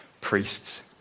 priests